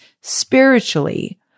spiritually